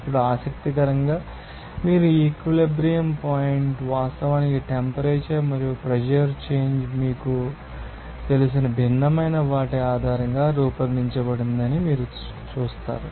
ఇప్పుడు ఆసక్తికరంగా మీరు ఈ ఈక్విలిబ్రియమ్ పాయింట్స్ వాస్తవానికి టెంపరేచర్ మరియు ప్రెషర్ చేంజ్ మీకు తెలిసిన భిన్నమైన వాటి ఆధారంగా రూపొందించబడిందని మీరు చూస్తారు